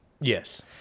Yes